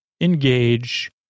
Engage